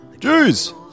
Jeez